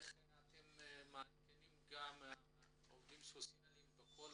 ואיך אתם מעדכנים את העובדים הסוציאליים בכל